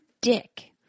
dick